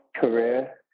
career